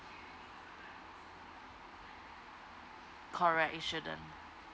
correct it shouldn't